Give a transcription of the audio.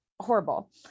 Horrible